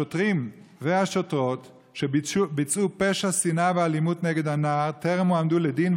השוטרים והשוטרות שביצעו פשע שנאה ואלימות נגד הנער טרם הועמדו לדין,